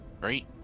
Great